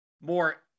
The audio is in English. more